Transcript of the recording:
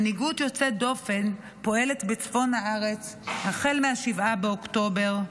מנהיגות יוצאת דופן הפועלת בצפון הארץ החל מ-7 באוקטובר.